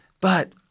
but-